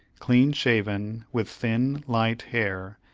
clean shaven, with thin, light hair,